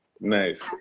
nice